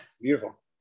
Beautiful